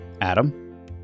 Adam